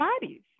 bodies